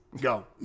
Go